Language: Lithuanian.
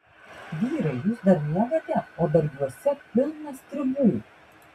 vyrai jūs dar miegate o dargiuose pilna stribų